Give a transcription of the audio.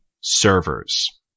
Servers